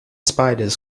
spiders